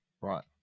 Right